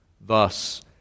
thus